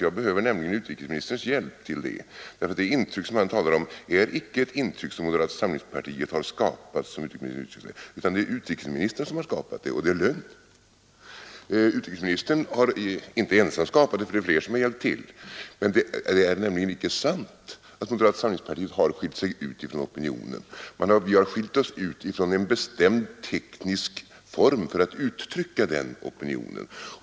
Jag behöver nämligen utrikesministerns hjälp till det, därför att det intryck han talar om är icke ett intryck som moderata samlingspartiet har skapat, som utrikesministern uttryckte sig, utan det är utrikesministern som har skapat detta intryck, och det är lögn. Utriksministern har visserligen inte ensam skapat detta intryck, det är fler som har hjälpt till. Det är nämligen icke sant att moderata samlingspartiet har skilt sig ut från opinionen. Vi har skilt oss ut från en bestämd teknisk form för att uttrycka opinionen.